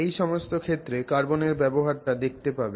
এই সমস্ত ক্ষেত্রে কার্বনের ব্যবহারটা দেখতে পাবে